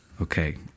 Okay